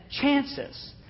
chances